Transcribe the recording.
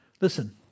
Listen